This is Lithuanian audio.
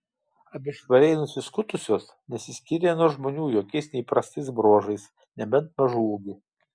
abi švariai nusiskutusios nesiskyrė nuo žmonių jokiais neįprastais bruožais nebent mažu ūgiu